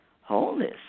wholeness